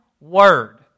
word